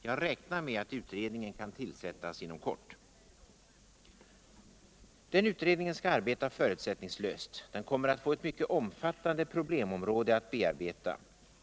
Jag räknar med av utredningen kan ullsättas inom kort. Utredningen skall arbeta förutsättningslöst. Den kommer att få ett mycket omfattande problemområde att bearbeta.